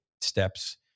steps